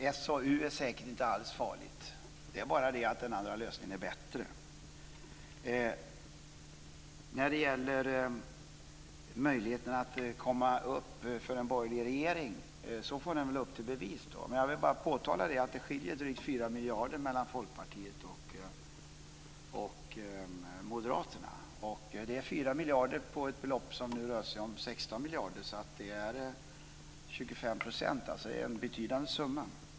Fru talman! SAU är säkert inte alls farligt. Det är bara det att den andra lösningen är bättre. När det gäller möjligheten för en borgerlig regering att komma fram får den väl upp till bevis. Jag vill bara påtala att det skiljer drygt 4 miljarder mellan Folkpartiet och Moderaterna. Det är 4 miljarder på ett belopp om 16 miljarder, så det blir 25 %. Det är en betydande summa.